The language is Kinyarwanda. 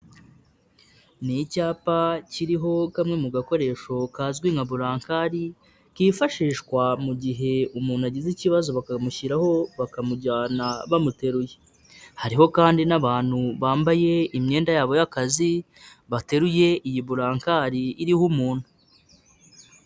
Ni icyapa kiriho kamwe mu gakoresho kazwi nka burankari kifashishwa mu gihe umuntu agize ikibazo bakamushyiraho bakamujyana bamuteruye, hariho kandi n'abantu bambaye imyenda yabo y'akazi bateruye iyi burankari iriho umuntu.